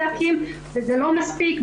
וזה לא מספיק,